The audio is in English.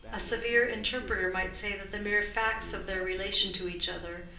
a severe interpreter might say that the mere facts of their relation to each other,